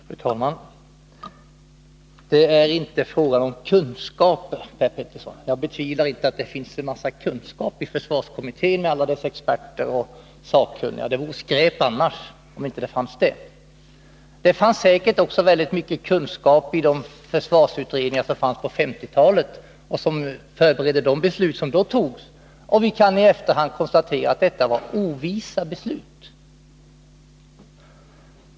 Fru talman! Det är inte fråga om kunskaper, Per Petersson. Jag betvivlar inte att det finns mycket kunskap i försvarskommittén med alla dess experter och sakkunniga — det vore skräp annars. Det fanns säkert också väldigt mycket kunskap i de försvarsutredningar på 1950-talet som förberedde de beslut som då fattades men vi kan i efterhand konstatera att det var ovisa beslut.